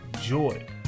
joy